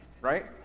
right